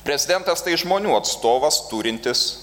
prezidentas tai žmonių atstovas turintis